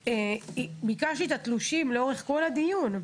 ביקשתי את התלושים לאורך כל הדיון.